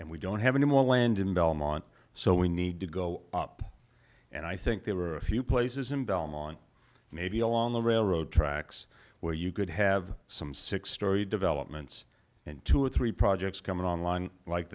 and we don't have any more land in belmont so we need to go up and i think there are a few places in belmont maybe along the railroad tracks where you could have some six story developments and two or three projects coming online like